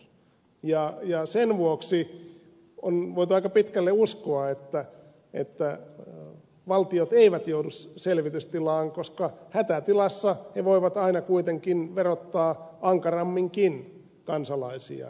niillä on verotusoikeus ja sen vuoksi on voitu aika pitkälle uskoa että valtiot eivät joudu selvitystilaan koska hätätilassa ne voivat aina kuitenkin verottaa ankaramminkin kansalaisia